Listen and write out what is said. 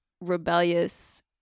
rebellious